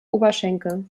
oberschenkel